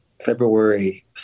February